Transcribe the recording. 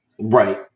Right